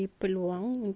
then